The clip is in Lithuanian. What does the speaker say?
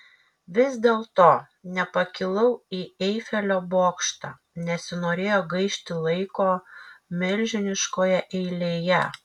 vis dėlto nepakilau į eifelio bokštą nesinorėjo gaišti laiko milžiniškoje eilėje